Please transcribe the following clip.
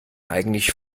eigentlich